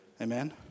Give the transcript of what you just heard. Amen